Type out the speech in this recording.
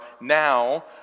now